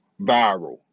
viral